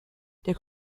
der